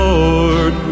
Lord